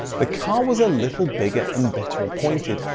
the car was a little bigger and better appointed,